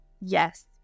Yes